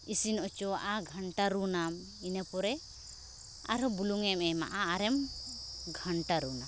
ᱤᱥᱤᱱ ᱚᱪᱚᱣᱟᱜᱼᱟ ᱜᱷᱟᱱᱴᱟ ᱨᱩᱱᱟᱣ ᱤᱱᱟᱹᱯᱚᱨᱮ ᱟᱨᱦᱚᱸ ᱵᱩᱞᱩᱝᱮᱢ ᱮᱢᱟᱜᱼᱟ ᱟᱨᱮᱢ ᱜᱷᱟᱱᱴᱟ ᱨᱩᱱᱟ